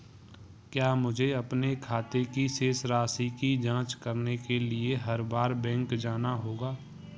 क्या मुझे अपने खाते की शेष राशि की जांच करने के लिए हर बार बैंक जाना होगा?